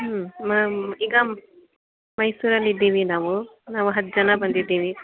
ಹ್ಞೂ ಮ್ಯಾಮ್ ಈಗ ಮೈಸೂರಲ್ಲಿ ಇದ್ದೀವಿ ನಾವು ನಾವು ಹತ್ತು ಜನ ಬಂದಿದ್ದೀವಿ